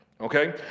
Okay